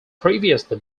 previously